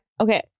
Okay